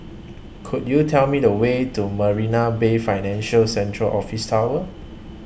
Could YOU Tell Me The Way to Marina Bay Financial Centre Office Tower